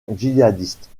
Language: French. djihadistes